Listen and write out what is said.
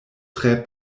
tre